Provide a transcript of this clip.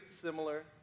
similar